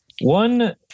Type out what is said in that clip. One